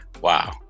Wow